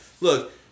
look